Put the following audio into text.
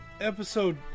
episode